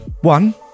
One